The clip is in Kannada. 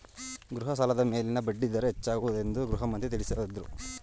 ಗೃಹ ಸಾಲದ ಮೇಲಿನ ಬಡ್ಡಿ ದರ ಹೆಚ್ಚಾಗುವುದೆಂದು ಗೃಹಮಂತ್ರಿ ತಿಳಸದ್ರು